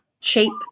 cheap